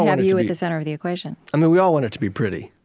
have you at the center of the equation we all want it to be pretty.